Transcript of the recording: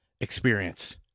experience